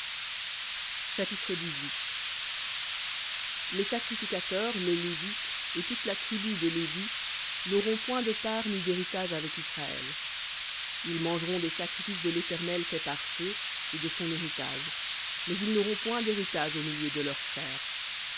chapitre les sacrificateurs les lévites toute la tribu de lévi n'auront point de part ni d'héritage avec israël ils mangeront des sacrifices de l'éternel faits par feu et de son héritage mais ils n'auront point d'héritage au milieu de leurs frères